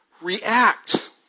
react